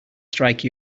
strike